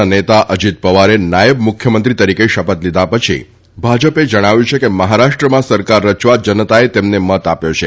ના નેતા અજીત પવારે નાયબ મુખ્યમંત્રી તરીકે શપથ લીધા પછી ભાજપે જણાવ્યું છે કે મહારાષ્ટ્રમાં સરકાર રચવા જનતાએ તેમને મત આપ્યો છે